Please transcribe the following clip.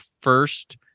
first